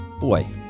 boy